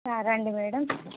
రండి మేడం